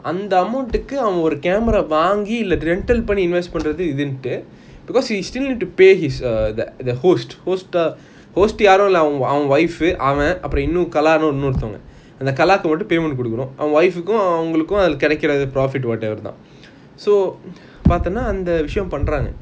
அந்த:antha amount camera வாங்கி இல்ல:vangi illa rental வாங்கி:vangi invest பண்ணி இத்துண்டு:panni ithuntu because he still need to pay his err th~ the host host th~ host யாரும் இல்ல அவன்:yaarum illa avan wife அவன் அப்புறம் காலனி இன்னோருத்தவங்க அந்த கலக்கு மட்டும்:avan apram kalanu inoruthavanga antha kalaku matum payment குடுக்கணும் அவன்:kudukanum avan wife கும் அவனுக்கு கிடைக்கிற:kum avanuku kedaikira profit whatever தான்:thaan so பாத்தா அந்த விஷயம் பண்றங்க:paathana antha visayam panranga